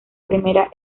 primera